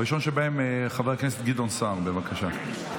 הראשון שבהם, חבר הכנסת גדעון סער, בבקשה.